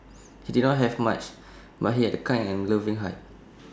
he did not have much but he had A kind and loving heart